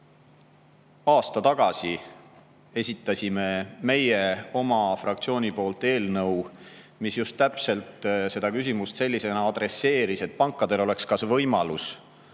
aasta tagasi esitasime meie oma fraktsiooniga eelnõu, mis just täpselt seda küsimust sellisena adresseeris, et pankadel oleks võimalus